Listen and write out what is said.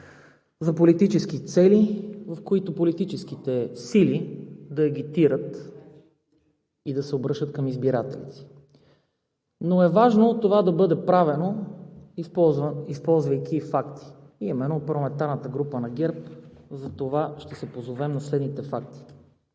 за политически цели, в които политическите сили да агитират и да се обръщат към избирателите си, но е важно това да бъде правено, използвайки и факти. Именно от парламентарната група на ГЕРБ затова ще се позовем на следните факти: